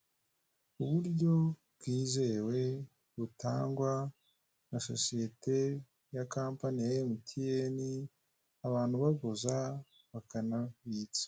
Uburyo bwizewe butangwa na sosiyete ya kampani ya mtn abantu baguza bakanabitsa.